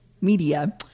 Media